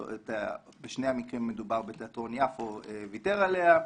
בשני המקרים מדובר בתיאטרון יפו שוויתר עליה,